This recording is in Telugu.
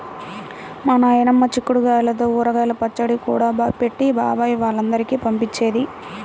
మా నాయనమ్మ చిక్కుడు గాయల్తో ఊరగాయ పచ్చడి కూడా పెట్టి బాబాయ్ వాళ్ళందరికీ పంపించేది